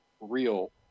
real